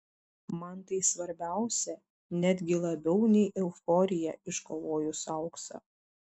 man tai svarbiausia netgi labiau nei euforija iškovojus auksą